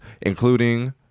including